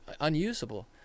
unusable